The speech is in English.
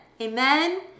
Amen